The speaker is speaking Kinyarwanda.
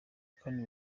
kandi